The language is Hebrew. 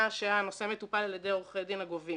שהנושא מטופל על ידי עורכי הדין הגובים.